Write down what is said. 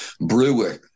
brewer